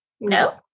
no